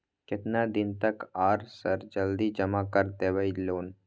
केतना दिन तक आर सर जल्दी जमा कर देबै लोन?